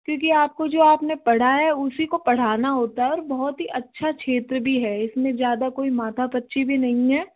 क्योंकि आपको जो आपने पढ़ा है उसी को पढ़ाना होता है और बहुत ही अच्छा क्षेत्र भी है इसमें ज़्यादा कोई माथा पच्ची भी नहीं है